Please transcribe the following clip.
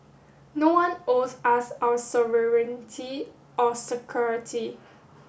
no one owes us our sovereignty or security